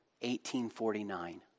1849